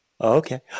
Okay